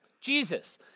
Jesus